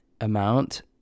amount